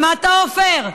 שמעת, עפר?